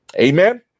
amen